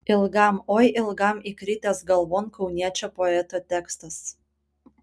ilgam oi ilgam įkritęs galvon kauniečio poeto tekstas